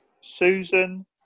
Susan